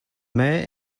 mayor